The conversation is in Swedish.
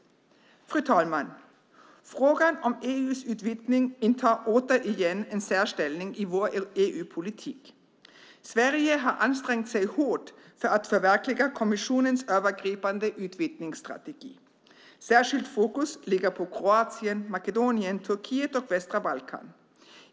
Fru talman! Frågan om EU:s utvidgning intar återigen en särställning i vår EU-politik. Sverige har ansträngt sig hårt för att förverkliga kommissionens övergripande utvidgningsstrategi. Särskilt fokus ligger på Kroatien, Makedonien, Turkiet och västra Balkan.